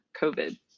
COVID